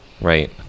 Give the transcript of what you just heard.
right